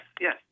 yes